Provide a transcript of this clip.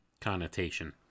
connotation